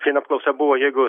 ten apklausa buvo jeigu